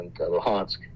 Luhansk